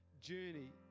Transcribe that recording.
journey